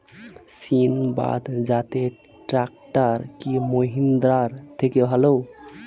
সিণবাদ জাতের ট্রাকটার কি মহিন্দ্রার থেকে ভালো?